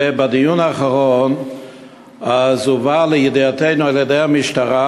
ובדיון האחרון הובא לידיעתנו על-ידי המשטרה,